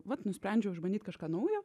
vat nusprendžiau išbandyt kažką naujo